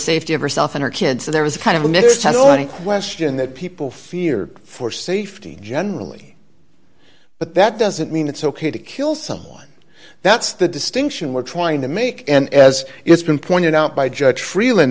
safety of herself and her kids so there was kind of an eternal any question that people fear for safety generally but that doesn't mean it's ok to kill someone that's the distinction we're trying to make and as it's been pointed out by judge freeland